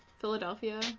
Philadelphia